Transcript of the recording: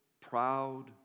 proud